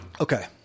Okay